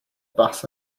bus